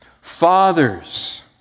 Fathers